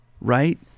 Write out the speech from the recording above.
right